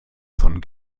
von